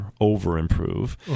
over-improve